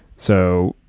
so,